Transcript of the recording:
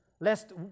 lest